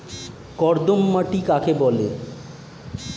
কর্দম মাটি কাকে বলে?